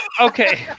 Okay